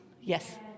Yes